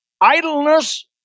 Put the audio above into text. idleness